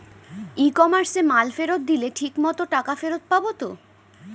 ই কমার্সে মাল ফেরত দিলে ঠিক মতো টাকা ফেরত পাব তো?